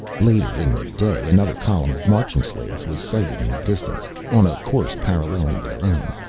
later in the day another column of marching slaves was sighted in the distance, on a course paralleling their own,